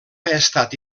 estat